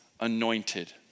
Anointed